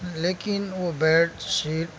لیکن وہ bed sheet